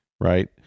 right